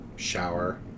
Shower